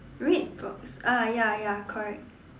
read books ah ya ya correct